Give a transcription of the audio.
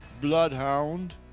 Bloodhound